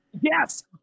Yes